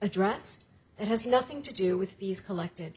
address that has nothing to do with these collected